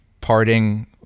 parting